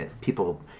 people